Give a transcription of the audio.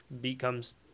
becomes